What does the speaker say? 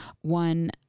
One